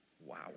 Wow